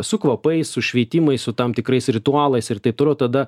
su kvapais su šveitimais su tam tikrais ritualais ir taip toliau tada